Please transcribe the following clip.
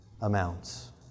amounts